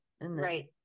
right